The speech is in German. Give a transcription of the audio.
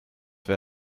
wer